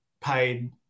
paid